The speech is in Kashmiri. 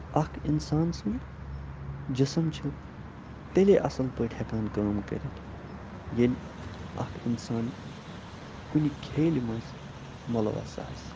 اَکھ اِنسان سُنٛد جِسم چھِ تیٚلے اَصٕل پٲٹھۍ ہٮ۪کان کٲم کٔرِتھ ییٚلہِ اَکھ اِنسان کُنہِ کھیلہِ منٛز مُلَوَث آسہِ